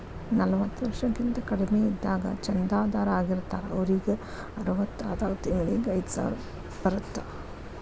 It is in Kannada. ನಲವತ್ತ ವರ್ಷಕ್ಕಿಂತ ಕಡಿಮಿ ಇದ್ದಾಗ ಚಂದಾದಾರ್ ಆಗಿರ್ತಾರ ಅವರಿಗ್ ಅರವತ್ತಾದಾಗ ತಿಂಗಳಿಗಿ ಐದ್ಸಾವಿರ ಬರತ್ತಾ